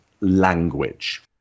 language